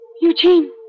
Eugene